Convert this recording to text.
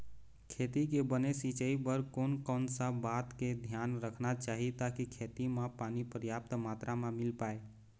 खेती के बने सिचाई बर कोन कौन सा बात के धियान रखना चाही ताकि खेती मा पानी पर्याप्त मात्रा मा मिल पाए?